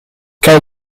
kyle